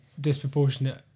disproportionate